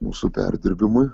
mūsų perdirbimui